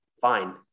fine